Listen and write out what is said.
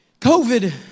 COVID